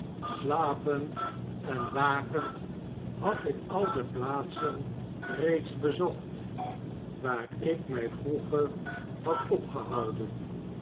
slapend en wafend had ik al de plaatsen reeds bezocht waar ik mij vroegerhad opgehouden